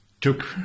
took